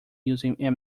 using